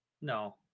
no